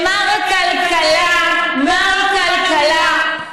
זה בכי ונהי במלוא מובן המילה.